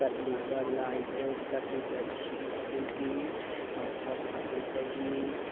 ꯀꯠꯂꯤꯕ ꯂꯥꯏꯗ ꯀꯠꯂꯤꯕ ꯏꯁꯤꯡ ꯑꯗꯨꯒꯤ ꯃꯐꯝ ꯑꯗꯨꯗꯒꯤ